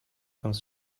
comes